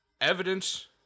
Evidence